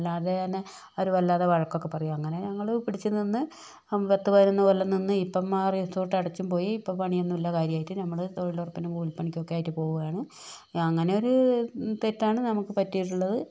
അല്ലാതെ തന്നെ അവര് വല്ലാതെ വഴക്കൊക്കെ പറയും അങ്ങനെ ഞങ്ങൾ പിടിച്ചുനിന്ന് പത്ത് പതിനൊന്ന് കൊല്ലം നിന്ന് ഇപ്പോൾ ആ റിസോർട്ട് അടച്ചും പോയി ഇപ്പോൾ പണിയൊന്നുമില്ല കാര്യമായിട്ട് നമ്മൾ തൊഴിലുറപ്പ് കൂലിപ്പണിക്കൊക്കെയായിട്ട് പോവുകയാണ് അങ്ങനെ ഈയൊരു തെറ്റാണ് നമുക്ക് പറ്റിയിട്ടുള്ളത്